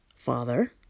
father